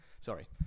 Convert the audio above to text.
Sorry